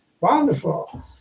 Wonderful